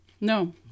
No